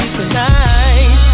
tonight